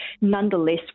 Nonetheless